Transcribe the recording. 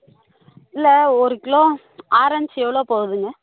இல்லை ஒரு kilo orange எவ்வளோ போகுதுங்க